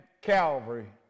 Calvary